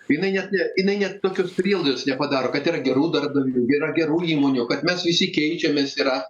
jinai net ne jinai net tokios prielaidos nepadaro kad yra gerų darbdavių yra gerų įmonių kad mes visi keičiamės yra